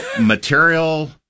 material